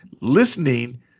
listening